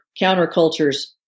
counterculture's